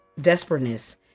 desperateness